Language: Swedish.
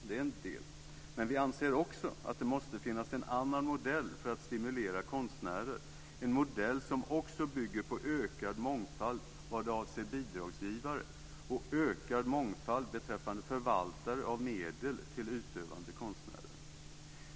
Det är en del, men vi anser också att det måste finnas en annan modell för att stimulera konstnärer, en modell som också bygger på ökad mångfald vad avser bidragsgivare och ökad mångfald beträffande förvaltare av medel till utövande konstnärer.